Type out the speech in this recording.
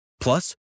Plus